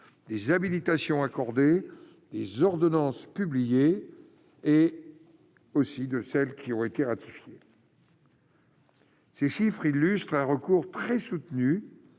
Les habilitations accorder des ordonnances publiées et aussi de celles qui ont été ratifiées. Ces chiffres illustrent un recours très soutenue